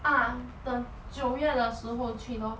a'ah 等九月的时候去 lor